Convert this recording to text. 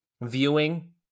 viewing